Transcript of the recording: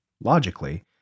logically